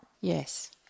Yes